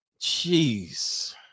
Jeez